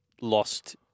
lost